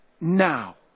now